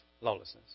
lawlessness